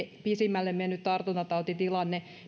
pisimmälle mennyt tartuntatautitilanne